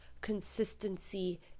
consistency